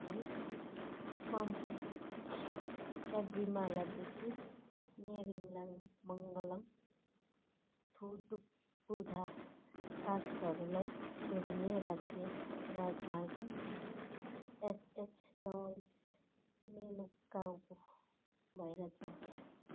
पम्पा सबरीमालादेखि नेरिङलाङ मङ्गलम् थोडुकपोझा पासहरूलाई जोडिने राज्य राजमार्ग एसएच चवालिस मेलुकावु भएर जान्छ